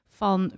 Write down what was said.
van